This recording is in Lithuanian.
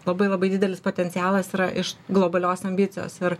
labai labai didelis potencialas yra iš globalios ambicijos ir